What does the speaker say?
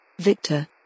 Victor